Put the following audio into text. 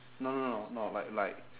no no no no no like like